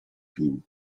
pił